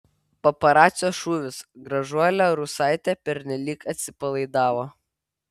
paparacio šūvis gražuolė rusaitė pernelyg atsipalaidavo